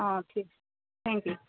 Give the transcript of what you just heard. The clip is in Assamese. অঁ ঠিক থেংক ইউ